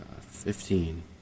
Fifteen